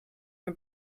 her